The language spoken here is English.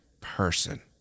person